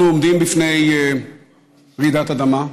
אנחנו עומדים בפני רעידת אדמה,